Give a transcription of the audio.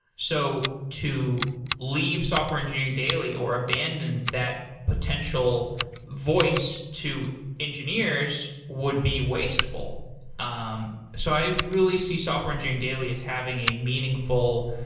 so to leave software engineering daily or abandon that potential voice to engineers would be wasteful um so i really see software engineering daily as having a meaningful,